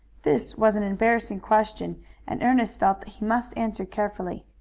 this was an embarrassing question and ernest felt that he must answer carefully.